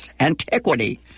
Antiquity